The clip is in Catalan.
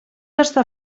estar